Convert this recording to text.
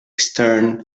stern